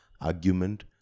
argument